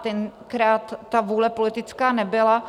Tenkrát ta vůle politická nebyla.